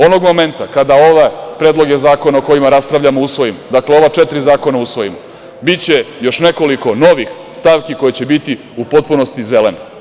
Onog momenta kada ove predloge zakona o kojima raspravljamo usvojimo, dakle, ova četiri zakona usvojimo, biće još nekoliko novih stavki koje će biti u potpunosti zelene.